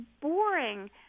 boring